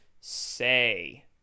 say